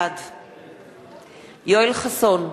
בעד יואל חסון,